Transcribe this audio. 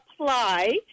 apply